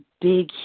big